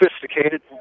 sophisticated